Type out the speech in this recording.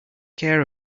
care